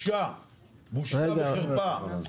בושה וחרפה.